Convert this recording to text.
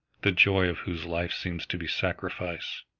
the joy of whose life seems to be sacrifice.